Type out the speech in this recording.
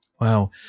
Wow